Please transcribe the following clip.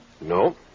No